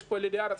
יש פה ילידי הארץ,